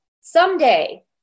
someday